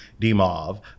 Dimov